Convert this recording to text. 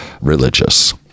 religious